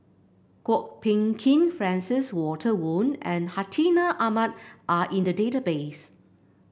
Kwok Peng Kin Francis Walter Woon and Hartinah Ahmad are in the database